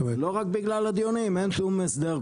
לא רק בגלל הדיונים אין שום הסדר,